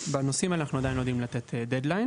בנושאים האלה אנחנו עדיין לא יודעים לתת דד-לליין,